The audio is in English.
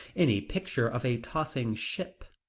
any picture of a tossing ship.